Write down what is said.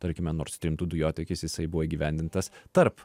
tarkime nord strym du dujotiekis jisai buvo įgyvendintas tarp